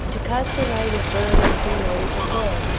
to cast away the firm and true knowledge of god.